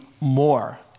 more